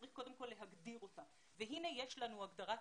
צריך קודם כל להגדיר אותה והנה יש לנו את הגדרת